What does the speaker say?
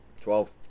Twelve